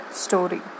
story